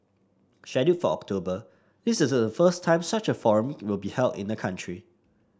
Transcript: scheduled for October this is the first time such a forum will be held in the country